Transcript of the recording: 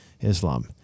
Islam